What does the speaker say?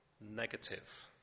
negative